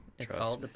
Trust